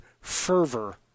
fervor